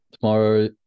tomorrow